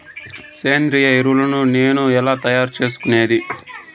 సేంద్రియ ఎరువులని నేను ఎలా తయారు చేసుకునేది?